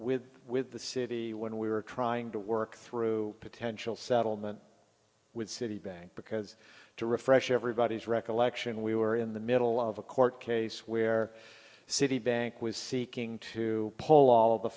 with with the city when we were trying to work through a potential settlement with citibank because to refresh everybody's recollection we were in the middle of a court case where citibank was seeking to pull all